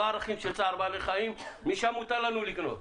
לא ערכים של צער בעלי חיים ומשם מותר לנו לקנות.